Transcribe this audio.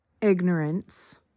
Ignorance